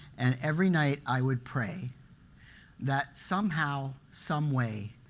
and every night i would pray that somehow, some way,